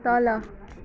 तल